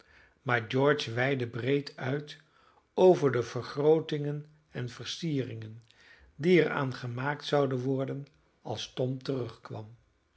maar george weidde breed uit over de vergrootingen en versieringen die er aan gemaakt zouden worden als tom terugkwam